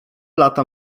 lata